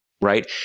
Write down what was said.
Right